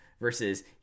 versus